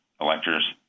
electors